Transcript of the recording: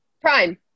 Prime